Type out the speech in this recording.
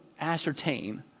ascertain